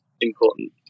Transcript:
important